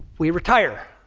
we retire.